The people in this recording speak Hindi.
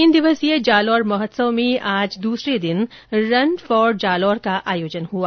तीन दिवसीय जालोर महोत्सव में आज दूसरे दिन रन फॉर जालौर का आयोजन हुआ